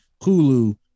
Hulu